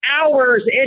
hours